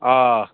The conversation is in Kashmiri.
آ